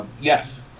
Yes